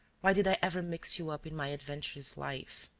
why did i ever mix you up in my adventurous life?